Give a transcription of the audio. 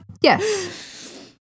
Yes